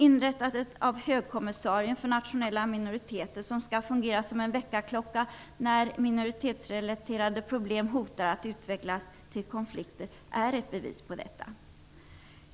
Inrättandet av högkommissarien för nationella minoriteter som skall fungera som en väckarklocka när minoritetsrelaterade problem hotar att uvecklas till konflikter är ett bevis på detta.